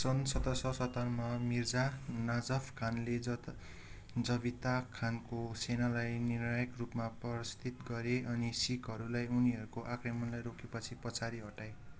सन् सत्र सौ सत्तरमा मिर्जा नाजफ खानले जत जबिता खानको सेनालाई निर्णायक रूपमा पराजित गरे अनि सिखहरूलाई उनीहरूको आक्रमणलाई रोके पछि पछाडि हटाए